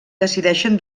decideixen